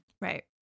Right